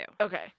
Okay